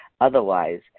Otherwise